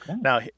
Now